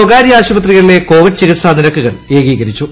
സ്വകാരൃ ആശുപത്രികളിലെ കോവിഡ് ചികിത്സാ നിരക്കുകൾ ഏകീകരിച്ചു